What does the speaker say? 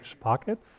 pockets